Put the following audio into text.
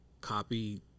copy